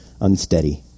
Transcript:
unsteady